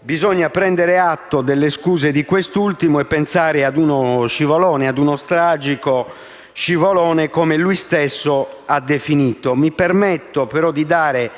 bisogna prendere atto delle scuse di quest'ultimo e pensare ad un tragico scivolone, come lui stesso lo ha definito. Mi permetto però di dare